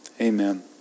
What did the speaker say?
amen